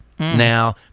Now